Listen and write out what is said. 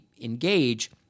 engage